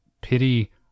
pity